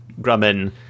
Grumman